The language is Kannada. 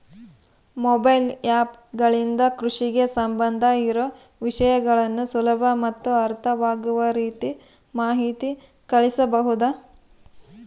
ಮೊಬೈಲ್ ಆ್ಯಪ್ ಗಳಿಂದ ಕೃಷಿಗೆ ಸಂಬಂಧ ಇರೊ ವಿಷಯಗಳನ್ನು ಸುಲಭ ಮತ್ತು ಅರ್ಥವಾಗುವ ರೇತಿ ಮಾಹಿತಿ ಕಳಿಸಬಹುದಾ?